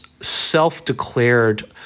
self-declared